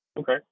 Okay